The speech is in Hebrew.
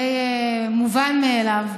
די מובן מאליו.